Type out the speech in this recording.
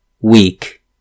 weak